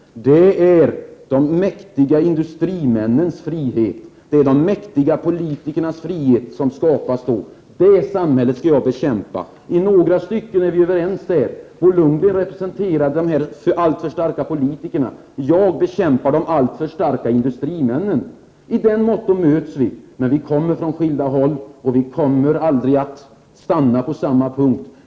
Det är de mäktiga industrimännens frihet och de mäktiga politikernas frihet som där skapas. Det samhället skall jag bekämpa. I några stycken är vi överens. Bo Lundgren talar om de alltför starka politikerna, jag bekämpar de alltför starka industrimännen. I så måtto möts vi. Vi kommer emellertid från skilda håll, och vi kommer aldrig att stanna på samma punkt.